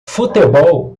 futebol